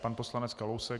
Pan poslanec Kalousek.